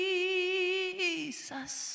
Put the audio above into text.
Jesus